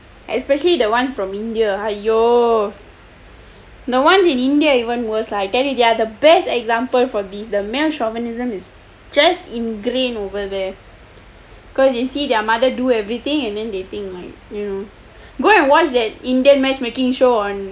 especially the one from india !aiyo! the ones in india even worst lah I tell you they are the best example for this the male chauvinism is just in green over there cause you see their mother do everything and then they think like you know go and watch that indian matchmaking show on netflix